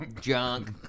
Junk